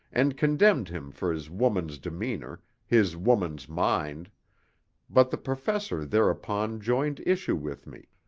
and condemned him for his woman's demeanour, his woman's mind but the professor thereupon joined issue with me.